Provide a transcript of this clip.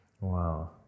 Wow